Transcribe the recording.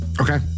Okay